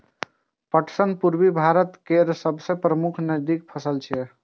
पटसन पूर्वी भारत केर सबसं प्रमुख नकदी फसल छियै